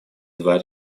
два